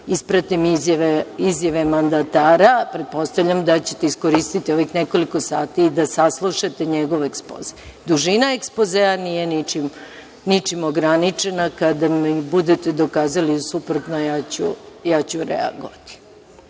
ispratim izjave mandatara. Pretpostavljam da ćete iskoristiti ovih nekoliko sati da saslušate njegov ekspoze. Dužina ekspozea nije ničim ograničena. Kada mi budete dokazali suprotno, ja ću reagovati. Ako